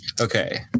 okay